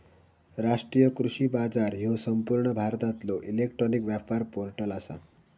राष्ट्रीय कृषी बाजार ह्यो संपूर्ण भारतातलो इलेक्ट्रॉनिक व्यापार पोर्टल आसा